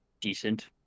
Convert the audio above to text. decent